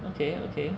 okay okay